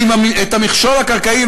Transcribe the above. כי המכשול הקרקעי,